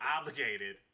obligated